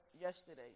yesterday